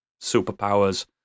superpowers